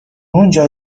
اونجا